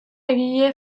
egile